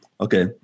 Okay